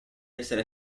essere